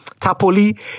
tapoli